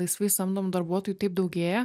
laisvai samdomų darbuotojų taip daugėja